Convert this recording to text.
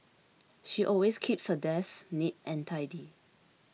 she always keeps her desk neat and tidy